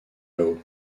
lowe